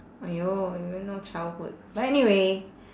!aiyo! you really no childhood but anyway